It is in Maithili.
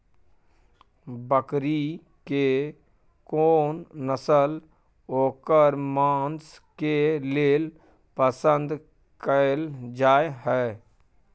बकरी के कोन नस्ल ओकर मांस के लेल पसंद कैल जाय हय?